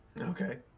Okay